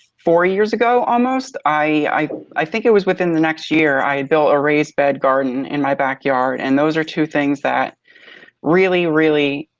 four years ago almost, i i think it was within the next year i built a raised bed garden in my backyard. and those are two things that really, really